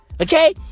Okay